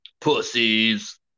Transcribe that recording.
Pussies